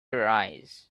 arise